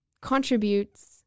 contributes